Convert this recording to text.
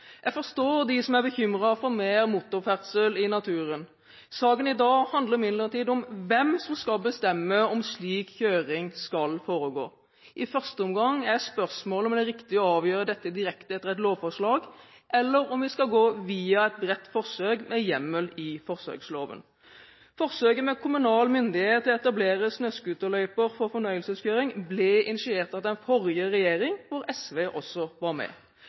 Jeg forstår de som er bekymret for mer motorferdsel i naturen. Saken i dag handler imidlertid om hvem som skal bestemme om slik kjøring skal foregå. I første omgang er spørsmålet om det er riktig å avgjøre dette direkte etter et lovforslag, eller om vi skal gå via et bredt forsøk med hjemmel i forsøksloven. Forsøket med kommunal myndighet til å etablere snøscooterløyper for fornøyelseskjøring ble initiert av den forrige regjering, hvor SV også var med.